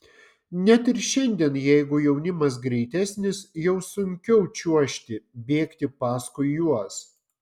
net ir šiandien jeigu jaunimas greitesnis jau sunkiau čiuožti bėgti paskui juos